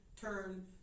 turn